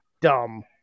Dumb